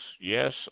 yes